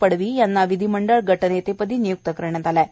पडवी यांना विधिमंडळ गट नेतेपदी नियुक्त करण्यात आलं आहे